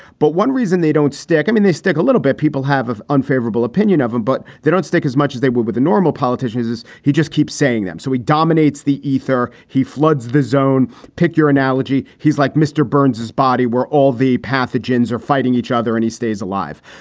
but one reason they don't stick. i mean, they stick a little bit. people have an unfavorable opinion of him, but they don't stick as much as they would with a normal politician is is he just keeps saying them. so he dominates the ether. he floods the zone. pick your analogy. he's like mr. burns, his body, where all the pathogens are fighting each other and he stays alive.